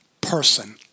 person